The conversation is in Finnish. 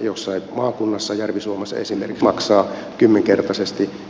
jossain tuolla maakunnassa järvi suomessa esimerkiksi maksaa kymmenkertaisesti pääkaupunkiseutuun verrattuna